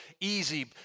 easy